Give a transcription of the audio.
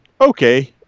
okay